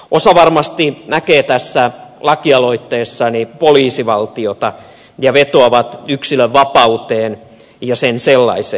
osa varmasti näkee tässä lakialoitteessani poliisivaltiota ja vetoaa yksilönvapauteen ja sen sellaiseen